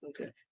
okay